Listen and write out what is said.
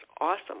awesome